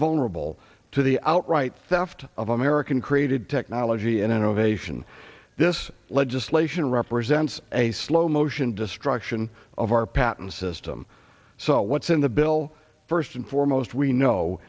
vulnerable to the outright theft of american created technology and innovation this legislation represents a slow motion destruction of our patent system so what's in the bill first and foremost we